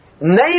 Name